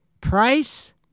Price